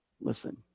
Listen